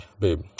babe